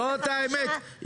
זו האמת,